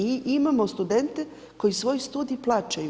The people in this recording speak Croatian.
I imamo studente koji svoj studij plaćaju.